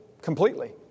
completely